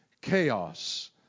chaos